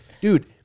Dude